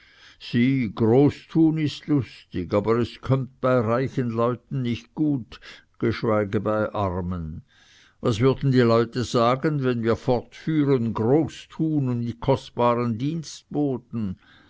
sieh großtun ist lustig aber es kömmt bei reichen leuten nicht gut geschweige bei armen was würden die leute sagen wenn wir fortfuhren groß tun mit kostbaren dienstboten